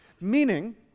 Meaning